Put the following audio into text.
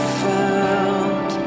found